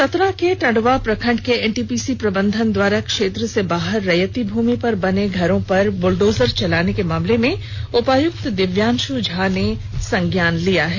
चतरा के टंडवा प्रखंड में एनटीपीसी प्रबंधन द्वारा क्षेत्र से बाहर रैयती भूमि पर बने घरों पर बुलडोजर चलाने के मामले में उपायुक्त दिव्यांशू झा ने संज्ञान लिया है